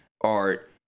art